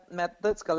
methods